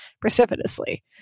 precipitously